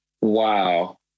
Wow